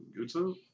YouTube